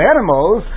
animals